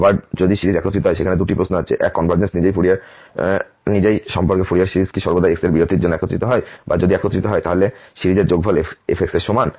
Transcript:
আবার যদি সিরিজ একত্রিত হয় সেখানে দুটি প্রশ্ন আছে এক কনভারজেন্স নিজেই সম্পর্কে ফুরিয়ার সিরিজ কি সর্বদা x এর বিরতি জন্য একত্রিত হয় বা যদি এটি একত্রিত হয় তাহলে কি সিরিজের যোগফল f এর সমান